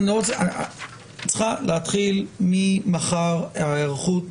צריכה להתחיל ממחר ההיערכות,